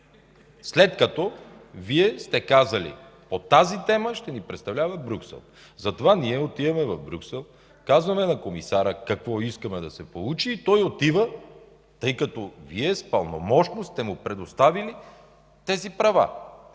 БСП ЛБ.) Вие сте казали: „По тази тема ще ни представлява Брюксел“. Затова ние отиваме в Брюксел, казваме на комисаря какво искаме да се получи и той отива, тъй като Вие с пълномощно сте му предоставили тези права.